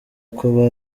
uko